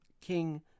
King